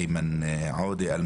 חה"כ איימן עודה,